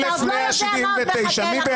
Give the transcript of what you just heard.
אתה עוד לא יודע מה עוד מחכה לכם.